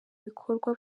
bikorwa